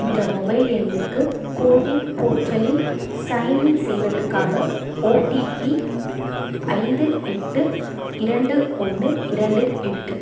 என்ற மொபைல் எண்ணுக்கு கோவின் போர்ட்டலில் சைன்இன் செய்வதற்காக ஓடிபி ஐந்து எட்டு இரண்டு ஒன்று இரண்டு எட்டு